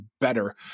better